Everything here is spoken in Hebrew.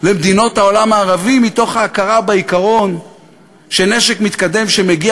למדינות העולם הערבי מתוך ההכרה בעיקרון שנשק מתקדם שמגיע